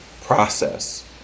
process